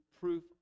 proof